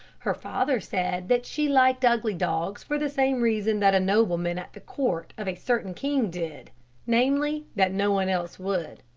her father said that she liked ugly dogs for the same reason that a nobleman at the court of a certain king did namely, that no one else would.